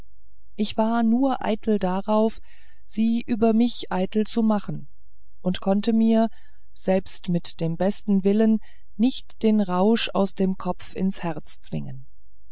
ich war nur eitel darauf sie über mich eitel zu machen und konnte mir selbst mit dem besten willen nicht den rausch aus dem kopf ins herz zwingen